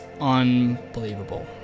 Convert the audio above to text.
unbelievable